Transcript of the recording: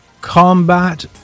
Combat